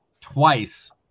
twice